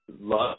love